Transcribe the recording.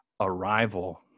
Arrival